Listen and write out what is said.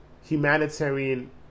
humanitarian